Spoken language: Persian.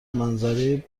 منظره